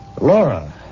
Laura